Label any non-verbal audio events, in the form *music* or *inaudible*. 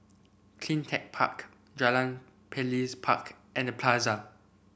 CleanTech Park Jalan *unintelligible* and The Plaza